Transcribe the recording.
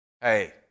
hey